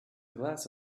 glass